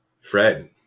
Fred